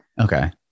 Okay